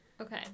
okay